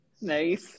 Nice